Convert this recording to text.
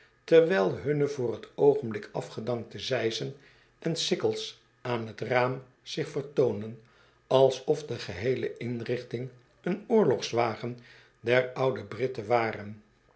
terwijl hunne voor t oogenblik afgedankte zeisen en sikkels aan t raam zich vertoonen alsof de geheele inrichting een oorlogswagen der oude britten ware